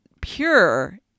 pure